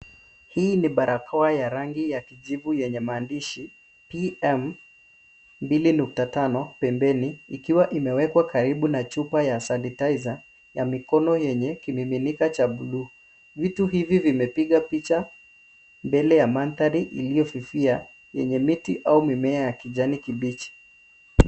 Hii ni barakoa ya rangi ya kijivu yenye maandishi PM2.5 pembeni ikiwa imewekwa karibu na chupa ya sanitizer ya mikono yenye kimiminika cha buluu. Vitu hivi vimepiga picha mbele ya mandhari iliyofifia yenye miti au mimea ya kijani kibichi.